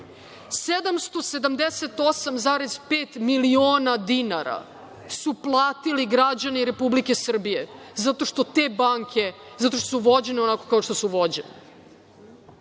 778,5 miliona dinara su platili građani Republike Srbije, zato što te banke, zato što su vođene onako kao što su vođene. Ovi